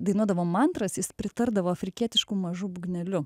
dainuodavo mantras jis pritardavo afrikietišku mažu būgneliu